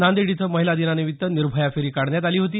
नांदेड इथं महिला दिनानिमित्त निर्भया फेरी काढण्यात आली होती